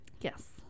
yes